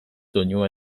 doinua